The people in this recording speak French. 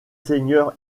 seigneur